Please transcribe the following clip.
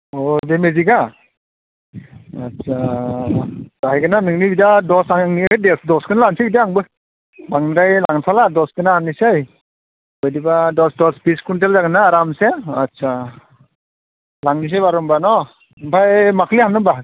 अ बे मेजिकआ आच्चा जाहैगोनना नोंनि बिदा दस आं दसखौनो लानोसै बिदिबा आंबो बांद्राय लांथ'ला दसखौनो लांनोसै बिदिबा दस बिस कुविन्टेलसो जागोनना आरामसे आच्चा लांनोसै एबार होनबा न' ओमफ्राय माखालि हानगोन होनबा